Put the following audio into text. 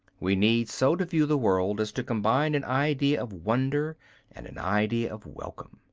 we need so to view the world as to combine an idea of wonder and an idea of welcome.